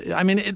yeah i mean,